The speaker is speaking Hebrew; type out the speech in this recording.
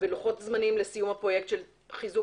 ולוחות זמנים של סיום הפרויקט של חיזוק